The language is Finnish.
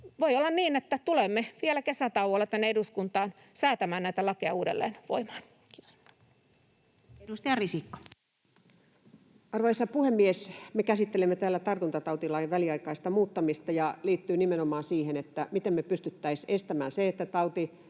Voi olla niin, että tulemme vielä kesätauolla tänne eduskuntaan säätämään näitä lakeja uudelleen voimaan. — Kiitos. Edustaja Risikko. Arvoisa puhemies! Me käsittelemme täällä tartuntatautilain väliaikaista muuttamista liittyen nimenomaan siihen, miten me pystyttäisiin estämään se, että tauti,